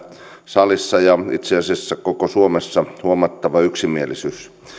salissa ja itse asiassa koko suomessa huomattava yksimielisyys